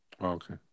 Okay